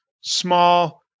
small